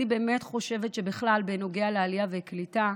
אני באמת חושבת שבכלל בנוגע לעלייה וקליטה,